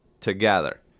together